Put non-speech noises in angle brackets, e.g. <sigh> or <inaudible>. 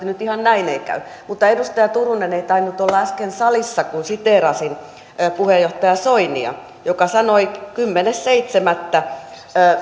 <unintelligible> nyt ihan näin ei käy edustaja turunen ei tainnut olla äsken salissa kun siteerasin puheenjohtaja soinia joka sanoi kymmenes seitsemättä